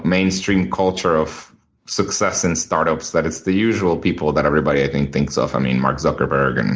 mainstream culture of success and startups that it's the usual people that everybody, i think, thinks of, i mean, mark zuckerberg. and and